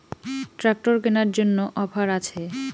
Tractor কেনার জন্য offer আছে?